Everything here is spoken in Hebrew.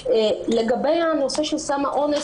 לגבי הנושא של סם האונס,